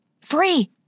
Free